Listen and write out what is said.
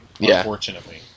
unfortunately